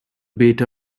beta